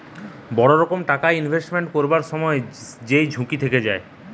বড় রকম টাকা ইনভেস্টমেন্ট করবার সময় যেই ঝুঁকি থেকে যায়